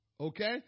Okay